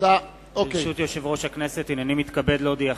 הנני מתכבד להודיעכם,